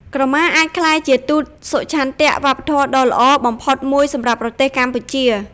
ក្រមាអាចក្លាយជា ទូតសុឆន្ទៈ វប្បធម៌ដ៏ល្អបំផុតមួយសម្រាប់ប្រទេសកម្ពុជា។